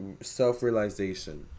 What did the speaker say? Self-realization